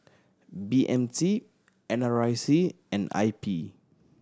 B M T N R I C and I P